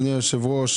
אדוני היושב ראש,